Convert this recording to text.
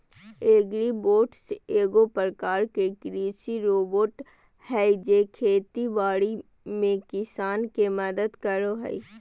agribots एगो प्रकार के कृषि रोबोट हय जे खेती बाड़ी में किसान के मदद करो हय